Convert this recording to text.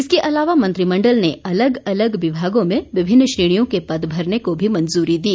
इसके अलावा मंत्रिमंडल ने अलग अलग विभागों में विभिन्न श्रेणियों के पद भरने को भी मंजूरी दी